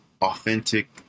authentic